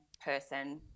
person